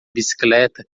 bicicleta